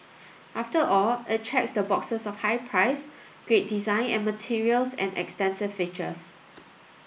after all it checks the boxes of high price great design and materials and extensive features